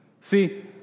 See